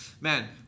man